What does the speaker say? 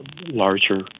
larger